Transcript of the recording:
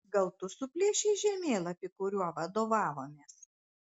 gal tu suplėšei žemėlapį kuriuo vadovavomės